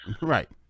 Right